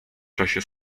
czasie